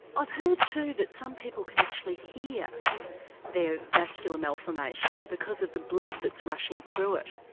i've heard too that some people can actually hear their vascular malformation because of the blood that's rushing through it.